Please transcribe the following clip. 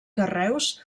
carreus